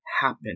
happen